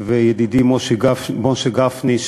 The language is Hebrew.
ולידידי משה גפני,